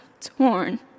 torn